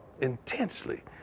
intensely